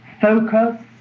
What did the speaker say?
focus